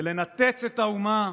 ולנתץ את האומה,